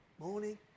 Morning